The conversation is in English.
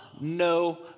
no